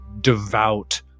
devout